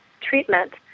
treatment